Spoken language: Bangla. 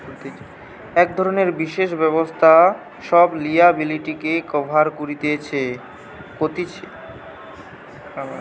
এক ধরণের বিশেষ ব্যবস্থা সব লিয়াবিলিটিকে কভার কতিছে